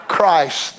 Christ